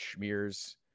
schmears